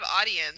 audience